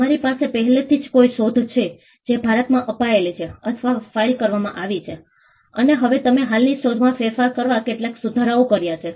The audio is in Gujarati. તમારી પાસે પહેલેથી જ કોઈ શોધ છે જે ભારતમાં અપાયેલી છે અથવા ફાઇલ કરવામાં આવી છે અને હવે તમે હાલની શોધમાં ફેરફાર કરવા કેટલાક સુધારાઓ કર્યા છે